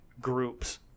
groups